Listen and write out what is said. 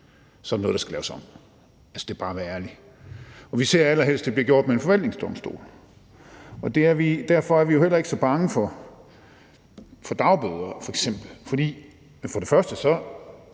Så er der noget, der skal laves om. Det er bare for at være ærlig. Vi ser allerhelst, det bliver gjort med en forvaltningsdomstol. Derfor er vi jo heller ikke så bange for dagbøder f.eks., for de kan jo